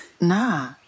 Nah